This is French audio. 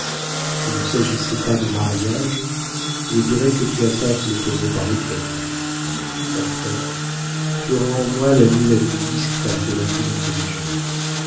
s'il ne s'agissait pas de mariage je dirais que tu attaques le taureau par les cornes enfin tu auras en moi l'amie la plus discrète et la plus intelligente